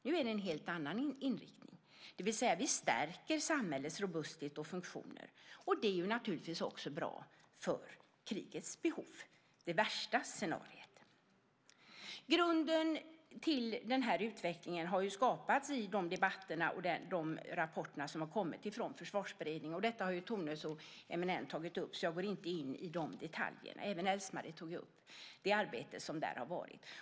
Nu är det en helt annan inriktning, det vill säga att vi stärker samhällets robusthet och funktioner. Och det är naturligtvis bra också för krigets behov, alltså det värsta scenariot. Grunden till denna utveckling har skapats i debatterna och de rapporter som har kommit från Försvarsberedningen. Detta har Tone så eminent tagit upp, så jag går därför inte in på dessa detaljer. Även Else-Marie tog upp det arbete som har skett där.